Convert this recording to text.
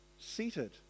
seated